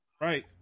Right